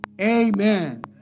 amen